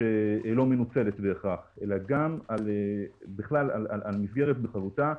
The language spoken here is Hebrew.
שלא מנוצלת בהכרח אלא על המסגרת בכללותה.